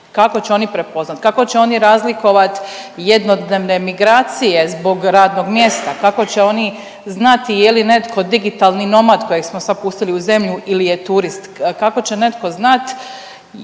kako će oni prepoznat, kako će oni razlikovat jednodnevne migracije zbog radnog mjesta, kako će oni znati je li netko digitalni nomad kojeg smo sad pustili u zemlju ili je turist, kako će netko znat